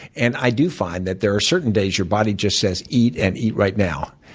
and i do find that there are certain days your body just says, eat, and eat right now.